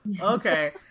Okay